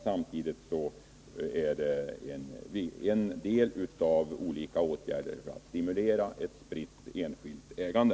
Samtidigt är den en del av olika åtgärder för att stimulera ett spritt enskilt ägande.